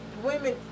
women